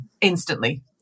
instantly